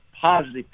Positive